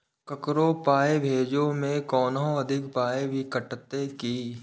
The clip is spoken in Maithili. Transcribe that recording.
ककरो पाय भेजै मे कोनो अधिक पाय भी कटतै की?